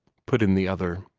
put in the other.